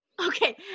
Okay